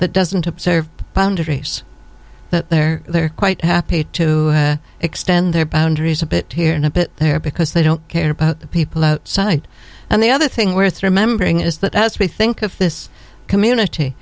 that doesn't observe the boundaries that they're they're quite happy to extend their boundaries a bit here and a bit there because they don't care about the people outside and the other thing worth remembering is that as we think of this community